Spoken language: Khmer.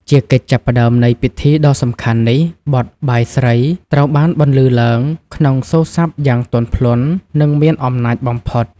ជាកិច្ចចាប់ផ្ដើមនៃពិធីដ៏សំខាន់នេះ បទ បាយស្រី ត្រូវបានបន្លឺឡើងក្នុងសូរស័ព្ទយ៉ាងទន់ភ្លន់ និងមានអំណាចបំផុត។